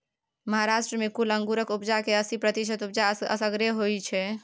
महाराष्ट्र मे कुल अंगुरक उपजा केर अस्सी प्रतिशत उपजा असगरे होइ छै